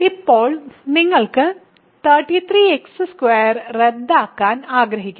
ഇപ്പോൾ നിങ്ങൾ 33x2 റദ്ദാക്കാൻ ആഗ്രഹിക്കുന്നു